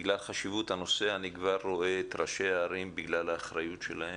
בגלל חשיבות הנושא אני כבר רואה את ראשי הערים בגלל האחריות שלהם,